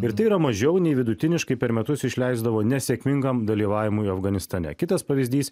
ir tai yra mažiau nei vidutiniškai per metus išleisdavo nesėkmingam dalyvavimui afganistane kitas pavyzdys